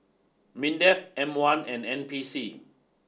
MINDEF M one and N P C